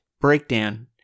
Breakdown